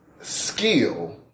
skill